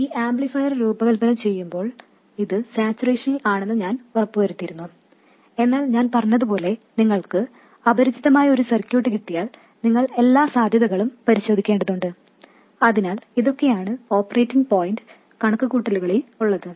ഈ ആംപ്ലിഫയർ രൂപകൽപ്പന ചെയ്യുമ്പോൾ അത് സാച്ചുറേഷനിൽ ആണെന്ന് ഞാൻ ഉറപ്പുവരുത്തിയിരുന്നു എന്നാൽ ഞാൻ പറഞ്ഞതുപോലെ നിങ്ങൾക്ക് അപരിചിതമായ ഒരു സർക്യൂട്ട് കിട്ടിയാൽ നിങ്ങൾ എല്ലാ സാധ്യതകളും പരിശോധിക്കേണ്ടതുണ്ട് അതിനാൽ ഇതൊക്കെയാണ് ഓപ്പറേറ്റിംഗ് പോയിന്റ് കണക്കുകൂട്ടലുകളിൽ ഉള്ളത്